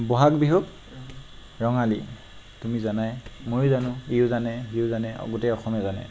বহাগ বিহুক ৰঙালী তুমি জানাই মইও জানো ইও জানে সিও জানে গোটেই অসমে জানে